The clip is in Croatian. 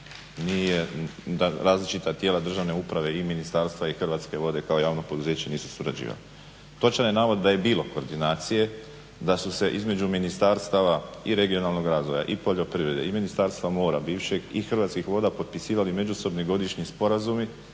da različita tijela državne uprave i ministarstva i Hrvatske vode kao javno poduzeće nisu surađivali. Točan je navod da je bilo koordinacije da su se između ministarstava i regionalnog razvoja, i poljoprivrede, i Ministarstva mora bivšeg i Hrvatskih voda potpisivali međusobni godišnji sporazumi